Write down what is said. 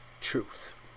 truth